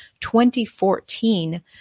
2014